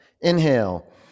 Inhale